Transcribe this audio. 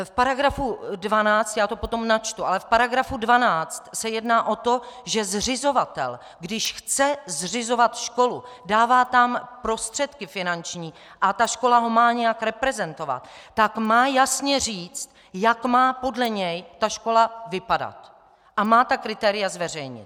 V § 12 já to potom načtu v § 12 se jedná o to, že zřizovatel, když chce zřizovat školu, dává tam prostředky finanční a ta škola ho má nějak reprezentovat, tak má jasně říct, jak má podle něj ta škola vypadat, a má ta kritéria zveřejnit.